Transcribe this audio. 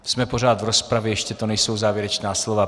Jsme pořád v rozpravě, ještě to nejsou závěrečná slova.